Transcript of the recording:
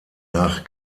nach